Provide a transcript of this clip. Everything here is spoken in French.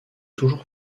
toujours